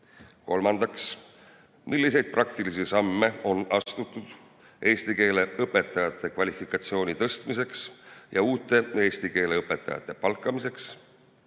Kolmandaks, milliseid praktilisi samme on astutud eesti keele õpetajate kvalifikatsiooni tõstmiseks ja uute eesti keele õpetajate palkamiseks?